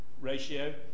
ratio